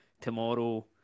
tomorrow